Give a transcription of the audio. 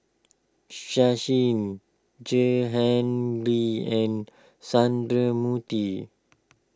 Sachin Jehangirr and Sundramoorthy